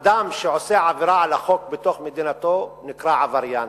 אדם שעושה עבירה על החוק בתוך מדינתו נקרא עבריין.